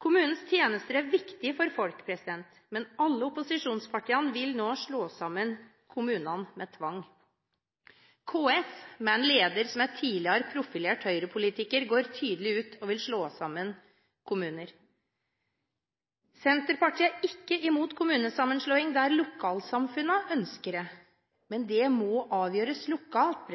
Kommunens tjenester er viktige for folk, men alle opposisjonspartiene vil nå slå sammen kommunene med tvang. KS, med en leder som er tidligere profilert høyrepolitiker, går tydelig ut og vil slå sammen kommuner. Senterpartiet er ikke imot kommunesammenslåing der lokalsamfunnene ønsker det, men det må avgjøres lokalt.